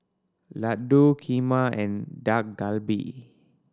Ladoo Kheema and Dak Galbi